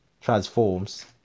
transforms